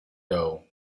dough